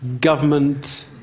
government